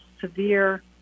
severe